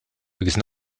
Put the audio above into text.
because